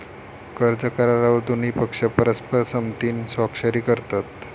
कर्ज करारावर दोन्ही पक्ष परस्पर संमतीन स्वाक्षरी करतत